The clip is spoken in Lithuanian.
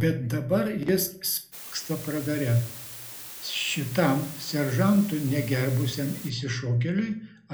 bet dabar jis smilksta pragare šitam seržantų negerbusiam išsišokėliui